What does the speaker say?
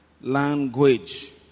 language